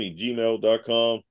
gmail.com